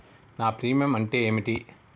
నా ప్రీమియం అంటే ఏమిటి?